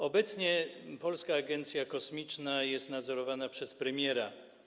Obecnie Polska Agencja Kosmiczna jest nadzorowana przez premiera.